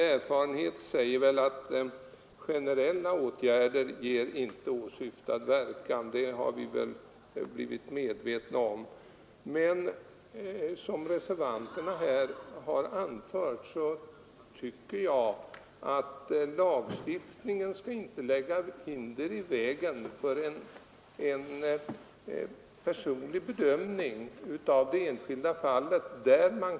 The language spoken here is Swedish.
Erfarenheten visar att generella åtgärder inte ger åsyftad verkan — det är vi medvetna om. Men jag anser — och det har reservanterna också anfört — att lagstiftningen inte skall lägga hinder i vägen för en personlig bedömning av det enskilda fallet.